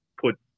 put